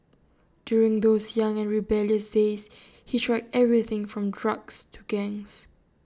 during those young and rebellious days he tried everything from drugs to gangs